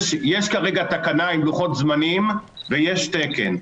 יש כרגע תקנה עם לוחות זמנים ויש תקן.